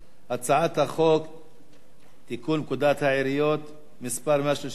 הצעת חוק לתיקון פקודת העיריות (מס' 131),